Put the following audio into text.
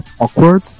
awkward